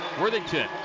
Worthington